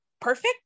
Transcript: perfect